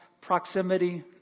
proximity